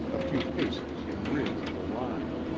a few paces in rear of the line.